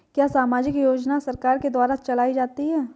क्या सामाजिक योजना सरकार के द्वारा चलाई जाती है?